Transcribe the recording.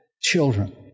children